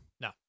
No